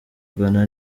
ghana